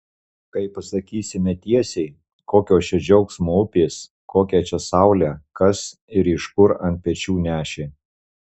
kai pasakysime tiesiai kokios čia džiaugsmo upės kokią čia saulę kas ir iš kur ant pečių nešė